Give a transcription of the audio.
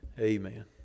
Amen